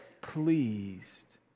pleased